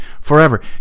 forever